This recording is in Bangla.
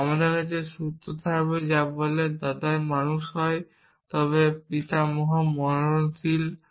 তাহলে আমার কাছে সূত্র থাকবে যা বলে যদি দাদাই মানুষ হয় তবে পিতামহ মরণশীল